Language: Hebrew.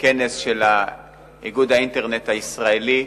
בכנס של איגוד האינטרנט הישראלי,